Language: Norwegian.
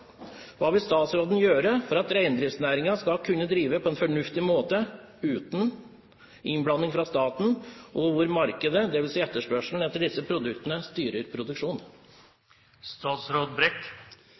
Hva vil statsråden gjøre for at reindriftsnæringen skal kunne drive på en fornuftig måte uten innblanding fra staten, og hvor markedet, dvs. etterspørselen etter disse produktene, styrer